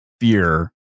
fear